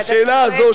אז בשאלה הזאת,